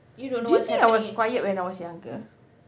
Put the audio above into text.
do you see I was quiet when I was younger